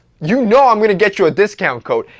you know i'm gonna get you a discount code.